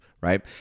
right